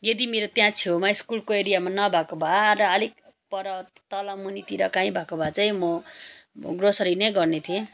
यदि मेरो त्यहाँ छेउमा स्कुलको एरियामा नभएको भए पर तल मुनितिर कहीँ भएको भए चाहिँ म ग्रोसरी नै गर्ने थिए